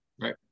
right